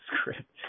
script